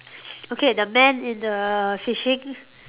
okay the man in the fishing